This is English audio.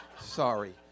Sorry